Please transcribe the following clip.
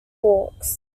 walks